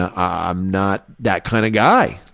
i'm not that kind of guy.